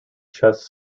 chess